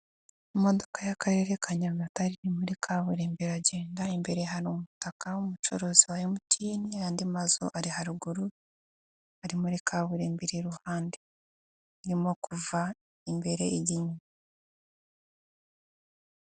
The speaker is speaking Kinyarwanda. Imodoka y'Akarere ka Nyagatare iri muri kaburimbo, iragenda imbere hari umutaka w'umucuruzi wa MTN andi mazu ari haruguru ari muri kaburerimbo iruhande hari imodoka iri kuva imbere.